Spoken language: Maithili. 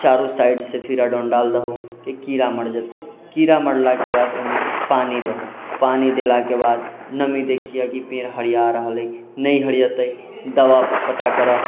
चारू साइडसँ फिराडोन डालि दहऽ कि कीड़ा मरि जेतै कीड़ा मरलाके बाद ओहिमे पानी दहऽ पानी देलाके बाद नमी देखिअऽ की पेड़ हरिआ रहले हइ नहि हरिएते तऽ दवा पता करऽ